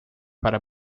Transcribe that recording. para